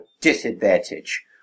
disadvantage